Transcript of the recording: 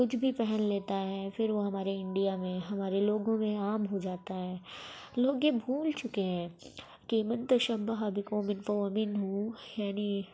کچھ بھی پہن لیتا ہے پھر وہ ہماری انڈیا میں ہمارے لوگوں میں عام ہو جاتا ہے لوگ یہ بھول چکے ہیں کہ من تشبہ بقوم فہو منہ یعنی